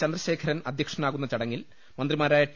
ചന്ദ്ര ശേഖരൻ അധ്യക്ഷനാകുന്ന ചടങ്ങിൽ മന്ത്രിമാരായ ടി